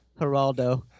Geraldo